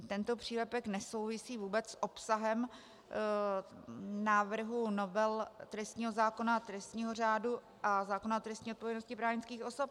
Tento přílepek nesouvisí vůbec s obsahem návrhu novel trestního zákona a trestního řádu a zákona o trestní odpovědnosti právnických osob.